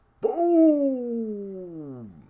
Boom